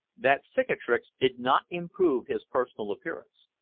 that cicatrice did not improve his personal appearance.